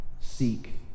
seek